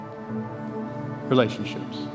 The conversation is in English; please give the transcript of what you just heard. relationships